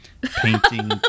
Painting